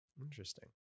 interesting